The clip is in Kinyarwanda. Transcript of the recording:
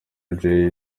jay